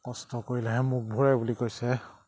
কষ্ট কৰিলেহে মুখ ভৰে বুলি কৈছে